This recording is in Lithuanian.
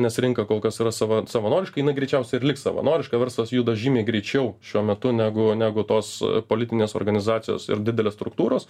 nes rinka kol kas yra savo savanoriška jinai greičiausiai ir liks savanoriška verslas juda žymiai greičiau šiuo metu negu negu tos politinės organizacijos ir didelės struktūros